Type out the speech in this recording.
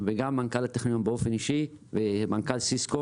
וגם מנכ"ל הטכניון באופן אישי ומנכ"ל סיסקו